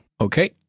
Okay